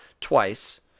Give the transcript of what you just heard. twice